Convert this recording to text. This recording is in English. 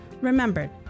remember